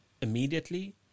immediately